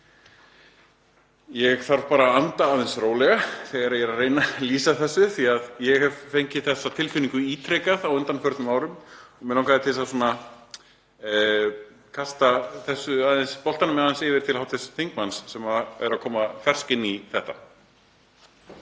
Ég þarf bara að anda aðeins rólega þegar ég er að reyna að lýsa þessu því að ég hef fengið þessa tilfinningu ítrekað á undanförnum árum. Mig langaði að kasta boltanum aðeins yfir til hv. þingmanns sem er að koma fersk inn í þetta.